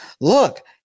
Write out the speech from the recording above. Look